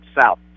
south